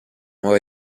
nuova